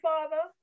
Father